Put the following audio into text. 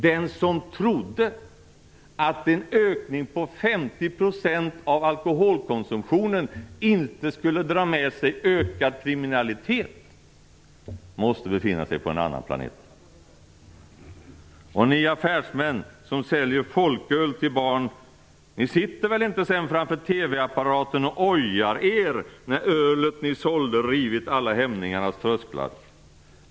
Den som trodde att en ökning om 50 % av alkoholkonsumtionen inte skulle dra med sig ökad kriminalitet måste befinna sig på en annan planet. Och ni affärsmän som säljer folköl till barn, ni sitter väl inte sedan framför TV-apparaten och ojar er när ölet ni sålde rivit alla hämningarnas trösklar?